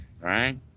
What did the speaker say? right